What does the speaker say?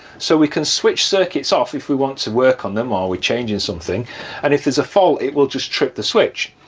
so we can switch circuits off if we want to work on them are we changing something and if there's a fault it will just trip the switch.